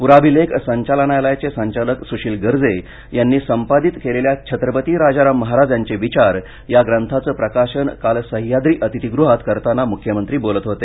पुराभिलेख संचालनालयाचे संचालक सुशील गर्जे यांनी संपादित केलेल्या छत्रपती राजाराम महाराज यांचे विचार या ग्रंथाचे प्रकाशन काल सह्याद्री अतिथीगृहात करताना मुख्यमंत्री बोलत होते